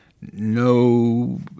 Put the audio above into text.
No